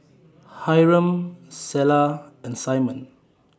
Hyrum Selah and Simon